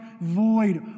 void